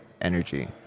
energy